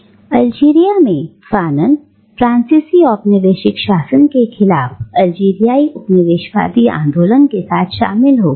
और अल्जीरिया में फॉनन फ्रांसीसी औपनिवेशिक शासन के खिलाफ अल्जीरियाई उपनिवेशवादी आंदोलन के साथ शामिल हो गए